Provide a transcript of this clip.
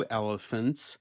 elephants